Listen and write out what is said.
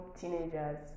teenagers